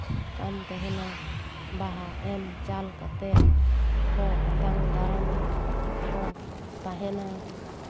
ᱦᱤᱡᱩᱜ ᱠᱟᱱ ᱛᱟᱦᱮᱱᱟ ᱵᱟᱦᱟ ᱮᱢ ᱪᱟᱞ ᱠᱟᱛᱮᱜ ᱠᱚ ᱟᱛᱟᱝ ᱫᱟᱨᱟᱢᱮᱜ ᱠᱚ ᱛᱟᱦᱮᱱᱟ